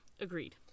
Agreed